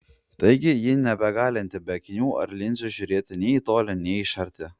taigi ji negalinti be akinių ar linzių žiūrėti nei į tolį nei iš arti